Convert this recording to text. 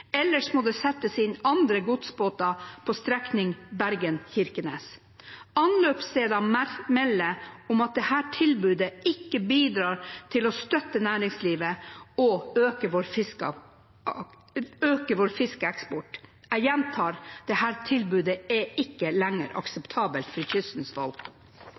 ellers må det settes inn andre godsbåter på strekningen Bergen–Kirkenes. Anløpsstedene melder om at dette tilbudet ikke bidrar til å støtte næringslivet og øke vår fiskeeksport. Jeg gjentar: Dette tilbudet er ikke lenger akseptabelt for kystens